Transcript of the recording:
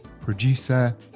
producer